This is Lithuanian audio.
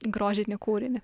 grožinį kūrinį